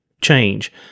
change